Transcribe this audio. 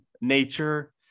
nature